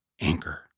Anchor